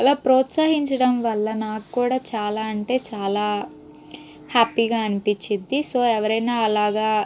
అలా ప్రోత్సహించడం వల్ల నాకు కూడా చాలా అంటే చాలా హ్యాపీగా అనిపించిద్ది సో ఎవరైనా అలాగా